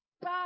bye